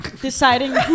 deciding